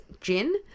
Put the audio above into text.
gin